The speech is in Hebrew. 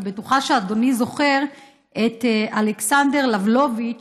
אני בטוחה שאדוני זוכר את אלכסנדר לבלוביץ,